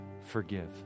forgive